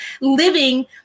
living